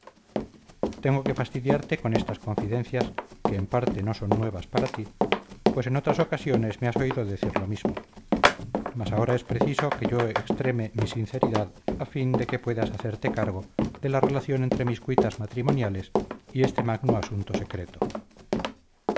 tengo que fastidiarte con estas confidencias que en parte no son nuevas para ti pues en otras ocasiones me has oído decir lo mismo mas ahora es preciso que yo extreme mi sinceridad a fin de que puedas hacerte cargo de la relación entre mis cuitas matrimoniales y este magno asunto secreto